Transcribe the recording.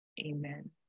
amen